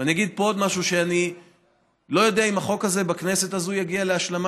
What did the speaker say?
ואני אגיד פה עוד משהו: אני לא יודע אם החוק הזה יגיע להשלמה,